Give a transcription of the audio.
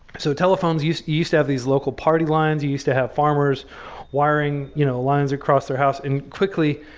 so telephones used used to have these local party lines, used to have farmers wiring you know lines across their house. and quickly,